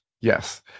Yes